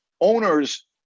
owners